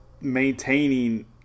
maintaining